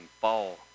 fall